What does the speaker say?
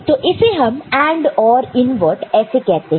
तो इसे हम AND OR इनवर्ट ऐसे कहते हैं